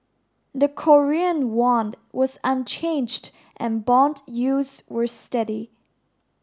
the Korean won was unchanged and bond yields were steady